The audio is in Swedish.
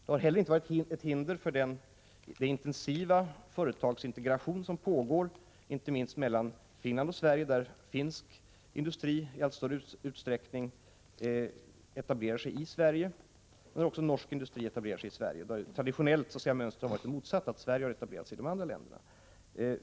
Det har heller inte varit något hinder för den intensiva företagsintegration som pågår, inte minst mellan Finland och Sverige, där finsk industri i allt större utsträckning etablerar sig i Sverige och där också norsk industri etablerar sig. Traditionellt har ju mönstret varit det motsatta: att svensk industri har etablerats i de andra nordiska länderna.